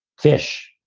fish,